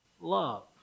love